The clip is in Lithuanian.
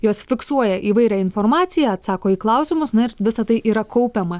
jos fiksuoja įvairią informaciją atsako į klausimus na ir visa tai yra kaupiama